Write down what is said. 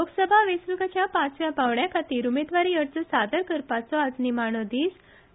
लोकसभा वेंचणुकेच्या पांचव्या पांवड्या खातीर उमेदवारी अर्ज सादर करपाचो आयज निमाणो दीस आसा